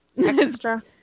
Extra